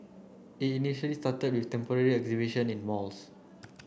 it initially with temporary exhibitions in malls